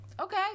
okay